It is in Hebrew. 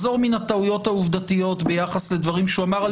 מן הטענות העובדתיות ביחס לדברים שאמר על